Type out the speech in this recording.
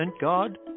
God